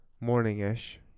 morning-ish